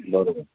बरोबर